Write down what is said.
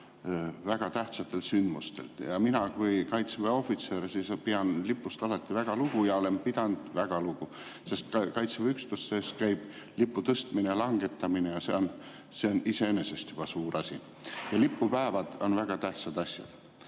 väga tähtsatel sündmustel. Mina kui Kaitseväe ohvitser pean lipust väga lugu ja olen alati pidanud väga lugu. Kaitseväe üksustes käib lipu tõstmine ja langetamine – see on iseenesest juba suur asi. Ja lipupäevad on väga tähtsad asjad.